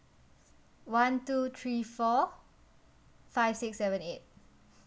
one two three four five six seven eight